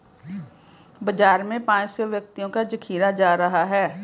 बाजार में पांच सौ व्यक्तियों का जखीरा जा रहा है